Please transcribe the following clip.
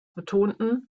betonten